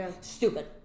Stupid